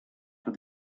with